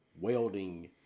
welding